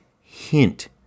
hint